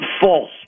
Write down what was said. false